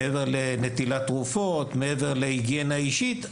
לנטילת תרופות ולהיגיינה אישית,